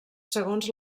segons